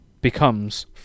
becomes